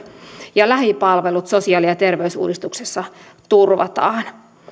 ja lähipalvelut sosiaali ja terveysuudistuksessa turvataan